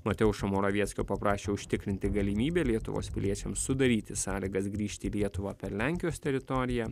mateušo moravieckio paprašė užtikrinti galimybę lietuvos piliečiams sudaryti sąlygas grįžti į lietuvą per lenkijos teritoriją